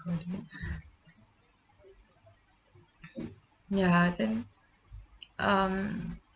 good ya then um